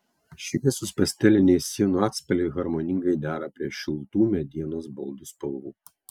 šviesūs pasteliniai sienų atspalviai harmoningai dera prie šiltų medienos baldų spalvų